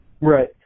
Right